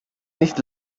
nicht